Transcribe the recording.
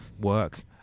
work